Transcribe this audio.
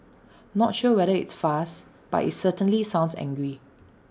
not sure whether it's fast but IT certainly sounds angry